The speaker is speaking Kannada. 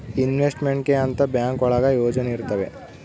ಇನ್ವೆಸ್ಟ್ಮೆಂಟ್ ಗೆ ಅಂತ ಬ್ಯಾಂಕ್ ಒಳಗ ಯೋಜನೆ ಇರ್ತವೆ